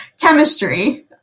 chemistry